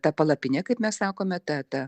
ta palapine kaip mes sakome ta ta